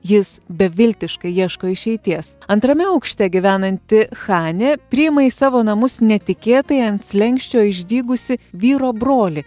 jis beviltiškai ieško išeities antrame aukšte gyvenanti chanė priima į savo namus netikėtai ant slenksčio išdygusį vyro brolį